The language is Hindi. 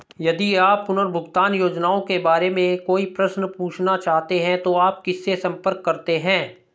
यदि आप पुनर्भुगतान योजनाओं के बारे में कोई प्रश्न पूछना चाहते हैं तो आप किससे संपर्क करते हैं?